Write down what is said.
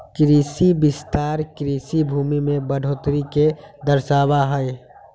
कृषि विस्तार कृषि भूमि में बढ़ोतरी के दर्शावा हई